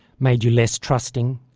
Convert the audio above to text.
made you, less trusting,